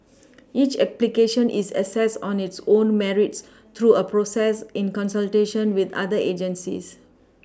each application is assessed on its own Merits through a process in consultation with other agencies